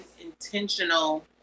intentional